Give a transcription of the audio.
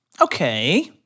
Okay